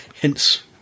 Hints